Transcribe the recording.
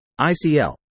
ICL